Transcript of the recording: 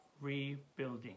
rebuilding